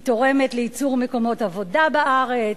היא תורמת לייצור מקומות עבודה בארץ,